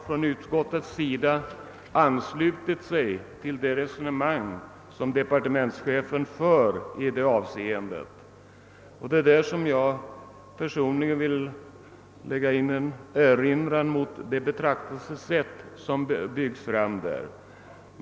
Även utskottet har anslutit sig till departementschefens resonemang i detta avseende. Jag vill personligen göra en erinran mot de betraktelsesätt som Här byggs upp.